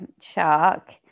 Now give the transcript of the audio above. shark